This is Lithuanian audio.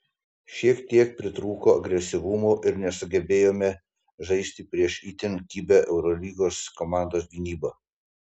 šiek tiek pritrūko agresyvumo ir nesugebėjome žaisti prieš itin kibią eurolygos komandos gynybą